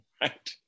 Right